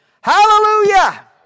Hallelujah